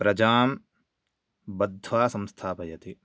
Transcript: प्रजां बद्ध्वा संस्थापयति